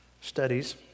studies